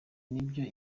nivyo